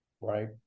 right